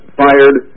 fired